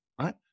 right